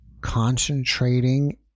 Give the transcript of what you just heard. concentrating